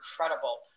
incredible